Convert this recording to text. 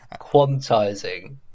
Quantizing